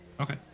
Okay